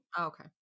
Okay